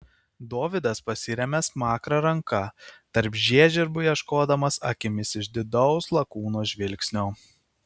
dovydas pasiremia smakrą ranka tarp žiežirbų ieškodamas akimis išdidaus lakūno žvilgsnio